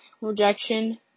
rejection